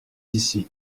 ici